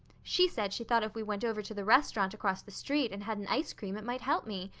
she said she thought if we went over to the restaurant across the street and had an ice cream it might help me.